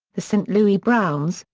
the st. louis browns,